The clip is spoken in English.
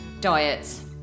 Diets